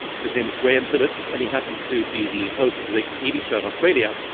his name was graham phillips, and he happened to be the host of a big tv show in australia.